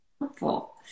helpful